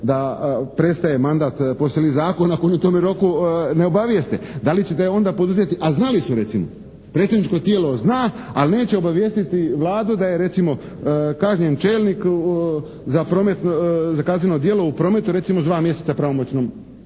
da prestaje mandat po sili zakona, ako oni u tome roku ne obavijeste? Da li ćete onda poduzeti? A znali su recimo. Predstavničko tijelo zna, ali neće obavijestiti Vladu da je recimo kažnjen čelnik za kazneno djelo u prometu recimo s dva mjeseca pravomoćnom,